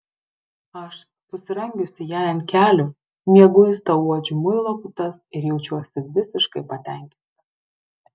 aš susirangiusi jai ant kelių mieguista uodžiu muilo putas ir jaučiuosi visiškai patenkinta